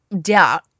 doubt